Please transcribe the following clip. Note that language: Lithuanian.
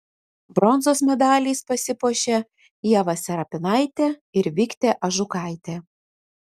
bronzos medaliais pasipuošė ieva serapinaitė ir viktė ažukaitė